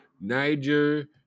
Niger